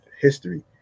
history